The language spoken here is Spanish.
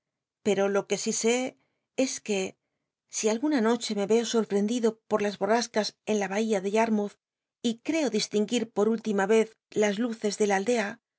pero lo que sí sé i's que si alguna no hr me y eo soi'j i'endido jllll las borrascas en la bahía biblioteca nacional de españa david copperfield de yarmouth y creo distinguir por última yez las luce de la aldea